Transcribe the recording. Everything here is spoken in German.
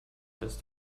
bist